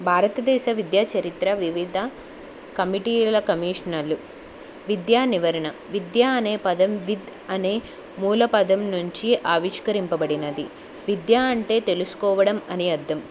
భారతదేశ విద్యా చరిత్ర వివిధ కమిటీల కమీషనర్లు విద్యా నివరణ విద్య అనే పదం విద్ అనే మూల పదం నుంచి ఆవిష్కరింపబడినది విద్య అంటే తెలుసుకోవడం అని అర్థం